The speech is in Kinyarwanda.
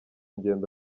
ngendo